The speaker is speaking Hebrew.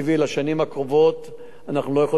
גם אמנון וגם אני ראינו את זה עין בעין,